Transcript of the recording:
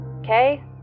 okay